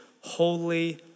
holy